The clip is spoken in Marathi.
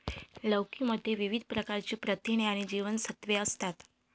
लौकी मध्ये विविध प्रकारची प्रथिने आणि जीवनसत्त्वे असतात